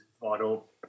vital